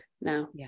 now